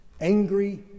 angry